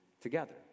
together